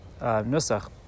nusach